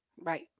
right